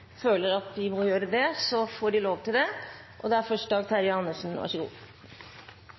føler de må gjøre det, får de lov til det.